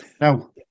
now